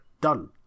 Done